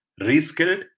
reskilled